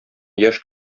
яшь